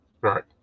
Right